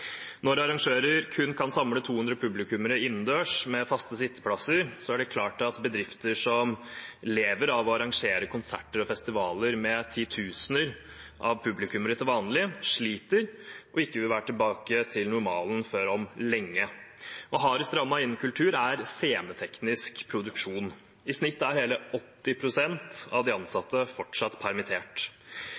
Når arrangører kun kan samle 200 publikummere innendørs med faste sitteplasser, er det klart at bedrifter som til vanlig lever av å arrangere konserter og festivaler med titusener av publikummere, sliter og ikke vil være tilbake til normalen før om lenge. Hardest rammet innen kultur er sceneteknisk produksjon. I snitt er hele 80 pst. av de ansatte fortsatt permittert.